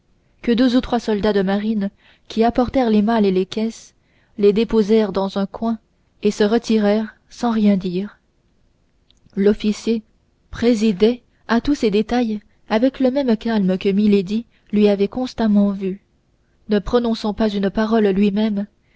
que deux ou trois soldats de marine qui apportèrent les malles et les caisses les déposèrent dans un coin et se retirèrent sans rien dire l'officier présidait à tous ces détails avec le même calme que milady lui avait constamment vu ne prononçant pas une parole luimême